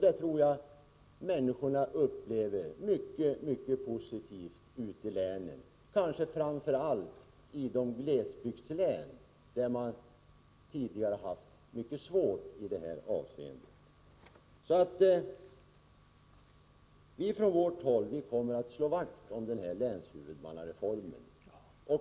Det tror jag att människorna upplever mycket positivt ute i länen, kanske framför allt i de glesbygdslän där man tidigare haft det mycket svårt i det här avseendet. Från vårt håll kommer vi att slå vakt om denna länshuvudmannareform.